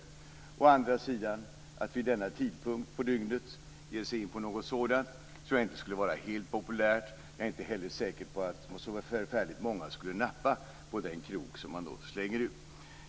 Att å andra sidan vid denna tidpunkt på dygnet ge sig in på något sådant tror jag inte skulle vara helt populärt. Jag är inte heller säker på att så förfärligt många skulle nappa på den krok som man då slänger ut.